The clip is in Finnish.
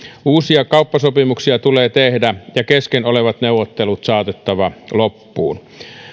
uusia kauppasopimuksia tulee tehdä ja kesken olevat neuvottelut saattaa loppuun